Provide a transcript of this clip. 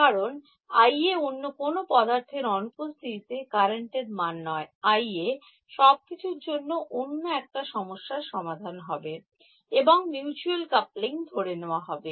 কারণ IA অন্য কোন পদার্থের অনুপস্থিতিতে কারেন্টের মান নয় IA সবকিছুর জন্য অন্য একটা সমস্যার সমাধান হবে এবং মিউচুয়াল কাপলিং ধরে নেওয়া হবে